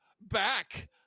back